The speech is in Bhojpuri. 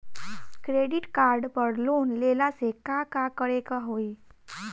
क्रेडिट कार्ड पर लोन लेला से का का करे क होइ?